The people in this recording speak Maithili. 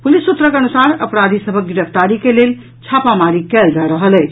पुलिस सूत्रक अनुसार अपराधी सभक गिरफ्तारी के लेल छापामारी कयल जा रहल अछि